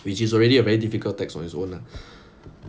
which is already a very difficult text on its own